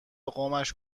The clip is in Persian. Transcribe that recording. قومش